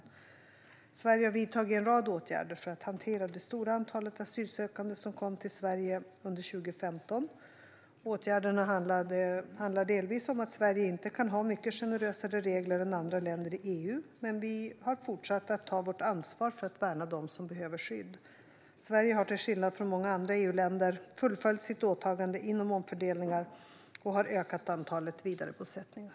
Sverige har vidtagit en rad åtgärder för att hantera det stora antalet asylsökande som kom till Sverige under 2015. Åtgärderna handlar delvis om att Sverige inte kan ha mycket generösare regler än andra länder i EU men att vi fortsätter att ta vårt ansvar för att värna dem som behöver skydd. Sverige har till skillnad från många andra EU-länder fullföljt sitt åtagande inom omfördelningar och har ökat antalet vidarebosättningar.